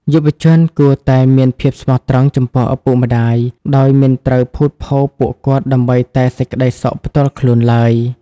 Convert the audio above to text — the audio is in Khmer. យុវជនគួរតែ "មានភាពស្មោះត្រង់ចំពោះឪពុកម្ដាយ" ដោយមិនត្រូវភូតភរពួកគាត់ដើម្បីតែសេចក្ដីសុខផ្ទាល់ខ្លួនឡើយ។